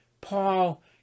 Paul